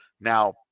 Now